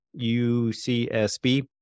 UCSB